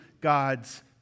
God's